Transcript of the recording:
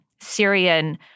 syrian